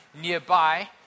nearby